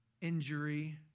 injury